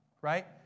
right